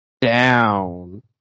down